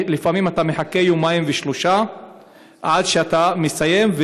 לפעמים אתה מחכה יומיים או שלושה עד שאתה מסיים,